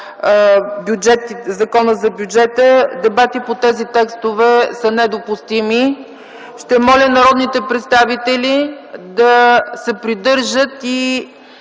Закона за бюджета дебати по тези текстове са недопустими. Моля народните представители да се придържат и